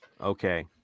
okay